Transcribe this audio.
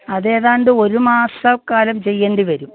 അത് ഏതാണ്ട് ഒരു മാസക്കാലം ചെയ്യേണ്ടി വരും